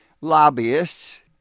lobbyists